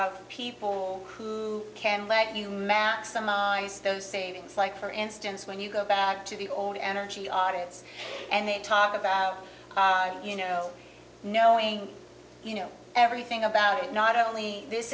s people who can lead you maximize those savings like for instance when you go back to the old energy audits and they talk about you know knowing you know everything about it not only this